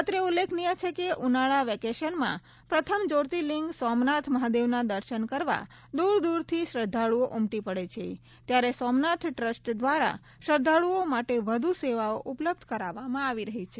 અત્રે ઉલ્લેખનીય છે કે ઉનાળા વેકેશનમાં પ્રથમ જ્યોર્તિલીંગ સોમનાથ મહાદેવના દર્શન કરવા દૂરદૂરથી શ્રદ્વાળુઓ ઉમટી પડે છે ત્યારે સોમનાથ ટ્રસ્ટ દ્વારા શ્રદ્વાળુઓ માટે વધુ સેવાઓ ઉપલબ્ધ કરાવવામાં આવી રહી છે